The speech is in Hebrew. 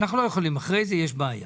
אנחנו לא יכולים אחרים זה, יש בעיה.